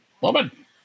Woman